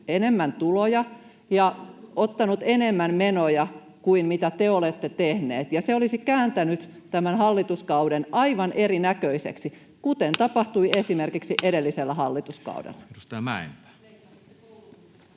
enemmän tuloja ja ottanut enemmän menoja kuin mitä te olette tehneet, ja se olisi kääntänyt tämän hallituskauden aivan erinäköiseksi, kuten tapahtui esimerkiksi edellisellä hallituskaudella.